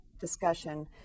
discussion